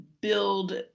build